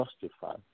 justified